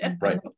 right